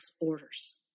orders